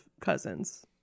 cousins